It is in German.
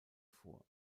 vor